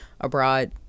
abroad